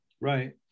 Right